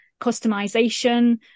customization